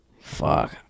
Fuck